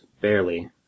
Barely